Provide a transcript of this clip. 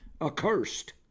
accursed